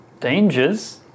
dangers